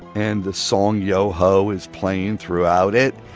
and the song yo ho is playing throughout it,